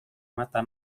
mata